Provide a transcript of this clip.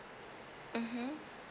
mmhmm